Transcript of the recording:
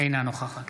אינה נוכחת